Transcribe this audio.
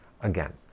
again